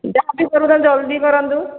ଯାହାବି କରୁଛ ଜଲଦି କରନ୍ତୁ